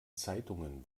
zeitungen